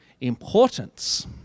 importance